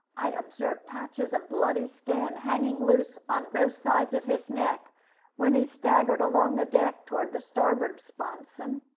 i observed patches of bloody skin hanging loose on both sides of his neck when he staggered along the deck towards the starboard sponson.